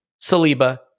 Saliba